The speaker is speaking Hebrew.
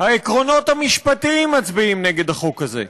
העקרונות המשפטיים מצביעים נגד החוק הזה.